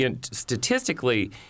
statistically